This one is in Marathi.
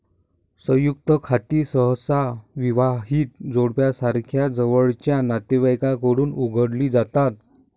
संयुक्त खाती सहसा विवाहित जोडप्यासारख्या जवळच्या नातेवाईकांकडून उघडली जातात